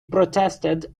protested